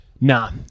Nah